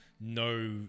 no